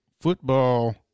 football